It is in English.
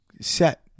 set